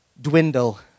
dwindle